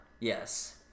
Yes